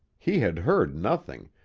he had heard nothing,